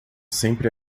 sempre